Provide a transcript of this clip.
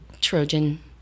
Trojan